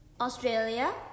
Australia